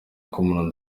ukuntu